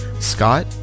scott